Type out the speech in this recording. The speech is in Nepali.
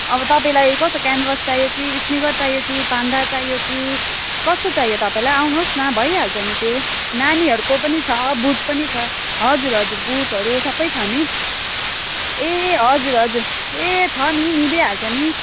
अब तपाईँलाई कस्तो क्यान्भस चाहियो कि स्निकर चाहियो कि पान्डा चाहियो कि कस्तो चाहियो तपाईँलाई आउनुहोस् न भइहाल्छ नि त्यो नानीहरूको पनि छ बुट पनि छ हजुर हजुर बुटहरू सबै छ नि ए हजुर हजुर ए छ नि मिलिहाल्छ नि